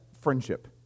friendship